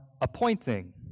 appointing